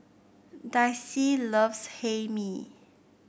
Dicy loves Hae Mee